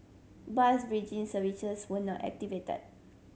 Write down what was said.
bus bridging services were not activated